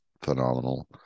phenomenal